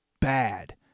bad